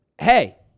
Hey